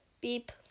beep